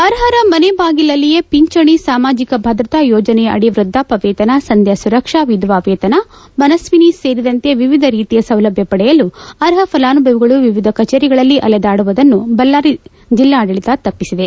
ಅರ್ಹರ ಮನೆಬಾಗಿಲಲ್ಲಿಯೇ ಪಿಂಚಣಿ ಸಾಮಾಜಿಕ ಭದ್ರತಾ ಯೋಜನೆ ಅದಿ ವೃದ್ವಾಪ ವೇತನ ಸಂಧ್ಯಾ ಸುರಕ್ಷಾ ವಿಧವಾ ವೇತನ ಮನಸ್ವಿನಿ ಸೇರಿದಂತೆ ವಿವಿಧ ರೀತಿಯ ವೇತನ ಪಡೆಯಲು ಅರ್ಹ ಪಲಾನುಭವಿಗಳು ಸರಕಾರದ ವಿವಿಧ ಕಚೇರಿಗಳಿಗೆ ಅಲೆದಾಡುವುದನ್ನು ಬಳ್ಳಾರಿ ಜಿಲ್ಲಾಡಳಿತ ತಪ್ಪಿಸಿದೆ